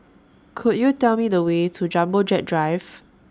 Could YOU Tell Me The Way to Jumbo Jet Drive